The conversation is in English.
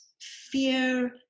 fear